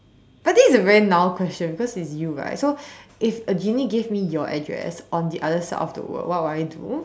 but this is a very null question because it's you right so if a genie gave me your address on the other side of the world what would I do